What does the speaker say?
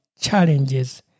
challenges